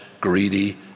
greedy